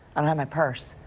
i don't have my purse.